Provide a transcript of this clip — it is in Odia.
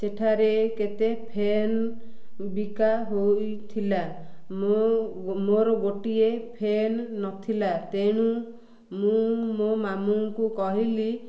ସେଠାରେ କେତେ ଫ୍ୟାନ୍ ବିକା ହୋଇଥିଲା ମୁଁ ମୋର ଗୋଟିଏ ଫ୍ୟାନ୍ ନଥିଲା ତେଣୁ ମୁଁ ମୋ ମାମୁଁଙ୍କୁ କହିଲି